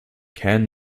kein